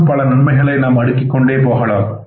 இன்னும் பல பல நன்மைகளை அடுக்கிக் கொண்டே போகலாம்